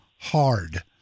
hard